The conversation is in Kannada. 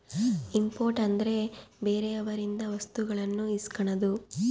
ಇಂಪೋರ್ಟ್ ಅಂದ್ರೆ ಬೇರೆಯವರಿಂದ ವಸ್ತುಗಳನ್ನು ಇಸ್ಕನದು